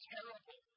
Terrible